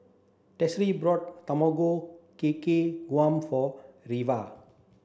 Tressie brought Tamago Kake Gohan for Reva